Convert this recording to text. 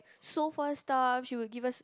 so first time she would give us